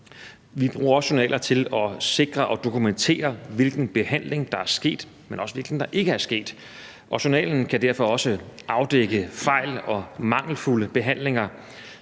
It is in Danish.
Vi bruger også journaler til at sikre og dokumentere, hvilken behandling der er sket, men også, hvilken der ikke er sket, og journalen kan derfor også afdække fejl og mangelfulde behandlinger.